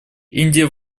индия